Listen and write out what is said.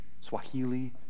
Swahili